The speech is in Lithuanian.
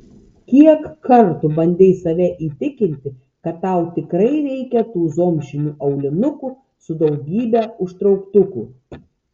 kiek kartų bandei save įtikinti kad tau tikrai reikia tų zomšinių aulinukų su daugybe užtrauktukų